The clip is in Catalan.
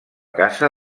casa